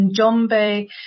Njombe